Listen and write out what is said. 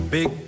Big